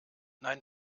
nein